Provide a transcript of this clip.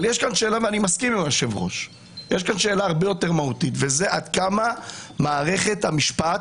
אבל יש כאן שאלה הרבה יותר מהותית והיא עד כמה מערכת המשפט